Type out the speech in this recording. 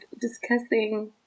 discussing